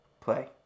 play